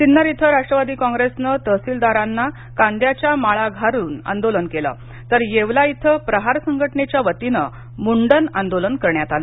सिन्नर इथं राष्ट्रवादी काँप्रेसनं तहसीलदारांना कांद्याच्या माळा घालून आंदोलन केलं तर येवला इथ प्रहार संघटनेच्या वतीन मुंडन आंदोलन करण्यात आलं